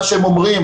למה שהם אומרים,